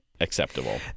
acceptable